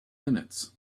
minutes